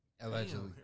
Allegedly